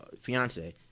fiance